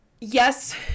yes